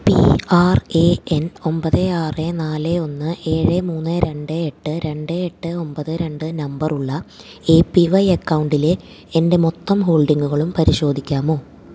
P R A N ഒമ്പത് ആറ് നാല് ഒന്ന് ഏഴ് മൂന്ന് രണ്ട് എട്ട് രണ്ട് എട്ട് ഒമ്പത് രണ്ട് നമ്പർ ഉള്ള എ പി വൈ അക്കൗണ്ടിലെ എൻ്റെ മൊത്തം ഹോൾഡിംഗുകളും പരിശോധിക്കാമോ